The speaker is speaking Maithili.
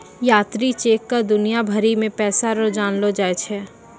यात्री चेक क दुनिया भरी मे पैसा रो जानलो जाय छै